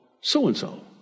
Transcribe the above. so-and-so